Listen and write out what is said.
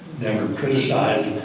never criticized,